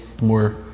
more